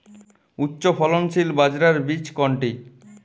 উচ্চফলনশীল বাজরার বীজ কোনটি?